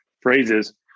phrases